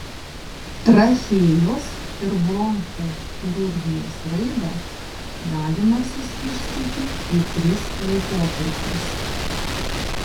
trachėjos ir bronchų chirurgijos raidą galima suskirstyti į tris laikotarpius